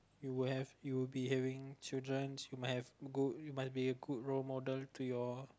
you will have you will be having childrens you might have you must be a good role model to your